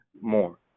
more